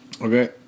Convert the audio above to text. Okay